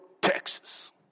Texas